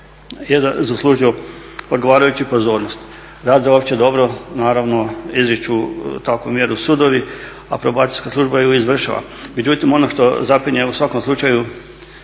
zaslužio odgovarajuću pozornost. Rad za opće dobro naravno u izriču takvu mjeru sudovi a probacijska služba ju izvršava. Međutim, ono što zapinje u svakom slučaju